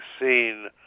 seen